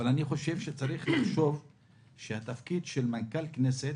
אבל אני חושב שצריך לחשוב שהתפקיד של מנכ"ל כנסת